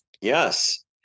Yes